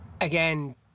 Again